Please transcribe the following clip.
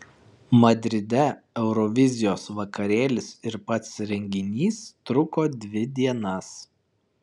madride eurovizijos vakarėlis ir pats renginys truko dvi dienas